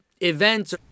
events